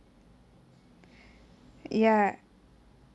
ya